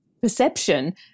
perception